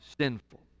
sinful